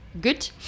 good